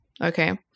Okay